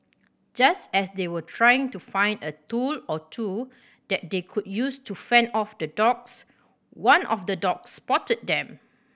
just as they were trying to find a tool or two that they could use to fend off the dogs one of the dogs spotted them